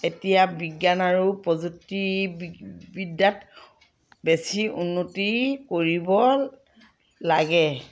এতিয়া বিজ্ঞান আৰু প্ৰযুক্তিবিদ্যাত বেছি উন্নতি কৰিব লাগে